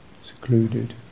secluded